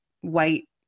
white